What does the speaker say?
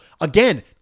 Again